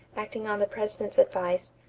acting on the president's advice,